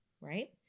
right